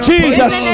Jesus